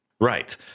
Right